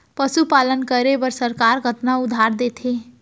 पशुपालन करे बर सरकार कतना उधार देथे?